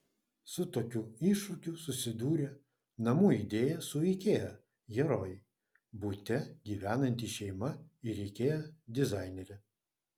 su tokiu iššūkiu susidūrė namų idėja su ikea herojai bute gyvenanti šeima ir ikea dizainerė